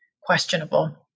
questionable